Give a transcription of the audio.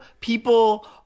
people